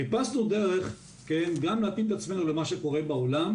חיפשנו דרך גם להתאים את עצמנו למה שקורה בעולם,